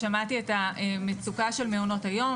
ושמעתי את המצוקה של מעונות היום,